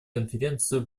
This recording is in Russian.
конференцию